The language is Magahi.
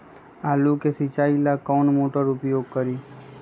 आलू के सिंचाई ला कौन मोटर उपयोग करी?